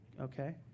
Okay